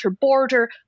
border